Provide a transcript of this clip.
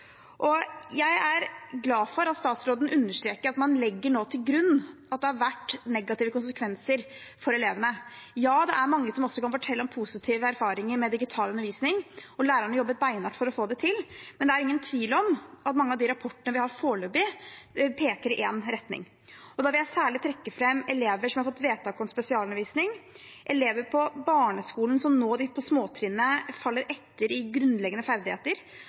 Jeg er glad for at statsråden understreker at man nå legger til grunn at det har vært negative konsekvenser for elevene. Ja, det er mange som også kan fortelle om positive erfaringer med digital undervisning, og lærerne har jobbet beinhardt for å få det til. Men det er ingen tvil om at mange av de rapportene vi har foreløpig, peker i én retning. Da vil jeg særlig trekke fram elever som har fått vedtak om spesialundervisning, elever på barneskolen, på småtrinnet, som nå faller etter i grunnleggende ferdigheter.